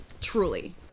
Truly